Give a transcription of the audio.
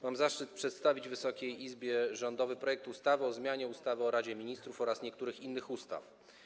Mam zaszczyt przedstawić Wysokiej Izbie rządowy projekt ustawy o zmianie ustawy o Radzie Ministrów oraz niektórych innych ustaw.